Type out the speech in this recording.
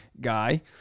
guy